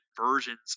versions